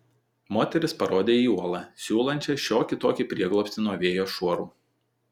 moteris parodė į uolą siūlančią šiokį tokį prieglobstį nuo vėjo šuorų